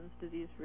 disease